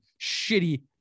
shitty